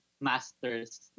masters